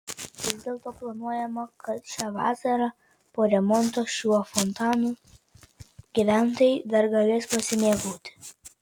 vis dėlto planuojama kad šią vasarą po remonto šiuo fontanu gyventojai dar galės pasimėgauti